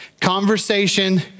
conversation